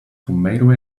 tomato